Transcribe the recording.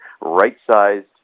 right-sized